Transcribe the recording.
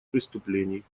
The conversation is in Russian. преступлений